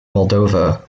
moldova